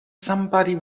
somebody